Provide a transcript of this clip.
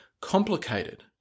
complicated